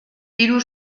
hiru